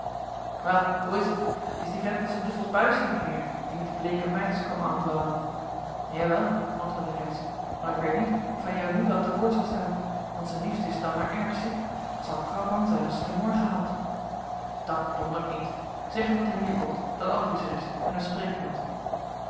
wel hoe is t is die vent met zijn duffelsch buis hier niet meer die met die bleeke meid is komen andwalen jawel antwoordde reynszen maar ik weet niet of hij jou nu wel te woord zal staan want zen liefste is dan maar erg ziek t zal krap an zijn as ze den morgen haalt dat d niet zeg hem dat hij hier komt dat andries er is en hem spreken moet